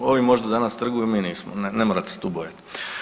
Ovi možda danas trguju, mi nismo, ne morate se tu bojati.